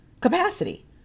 capacity